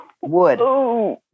wood